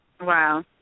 Wow